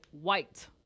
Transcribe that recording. white